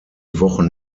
wochen